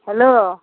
hello